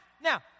now